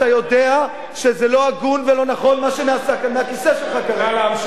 אתה יודע שזה לא הגון ולא נכון מה שנעשה כאן מהכיסא שלך כרגע.